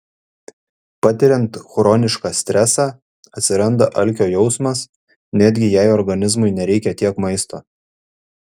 patiriant chronišką stresą atsiranda alkio jausmas netgi jei organizmui nereikia tiek maisto